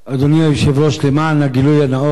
אדוני היושב-ראש, למען הגילוי הנאות,